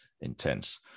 intense